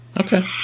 okay